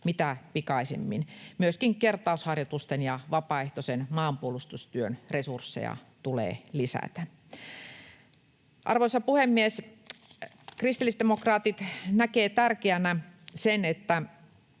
mitä pikaisimmin. Myöskin kertausharjoitusten ja vapaaehtoisen maanpuolustustyön resursseja tulee lisätä. Arvoisa puhemies! Kristillisdemokraatit näkevät tärkeänä sen, että